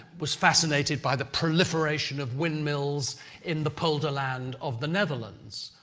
was fascinated by the proliferation of windmills in the polder land of the netherlands.